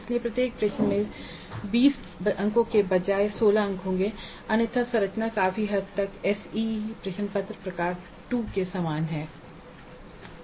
इसलिए प्रत्येक प्रश्न में 20 अंकों के बजाय केवल 16 अंक होंगे अन्यथा संरचना काफी हद तक एसईई प्रश्न पत्र प्रकार II के समान है